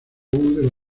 del